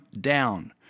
down